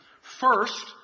First